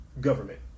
government